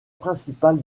principal